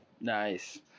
Nice